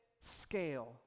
scale